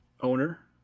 owner